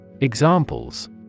Examples